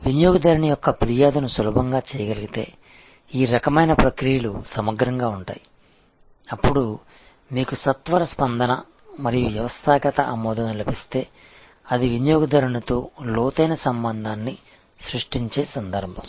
మీరు వినియోగదారుని యొక్క ఫిర్యాదును సులభంగా చేయగలిగితే ఈ రకమైన ప్రక్రియలు సమగ్రంగా ఉంటాయి అప్పుడు మీకు సత్వర స్పందన మరియు వ్యవస్థాగత ఆమోదం లభిస్తే అది ఆ వినియోగదారునితో లోతైన సంబంధాన్ని సృష్టించే సందర్భం